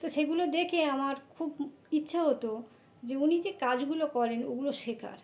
তো সেগুলো দেখে আমার খুব ইচ্ছে হতো যে উনি যে কাজগুলো করেন ওগুলো শেখার